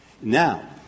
Now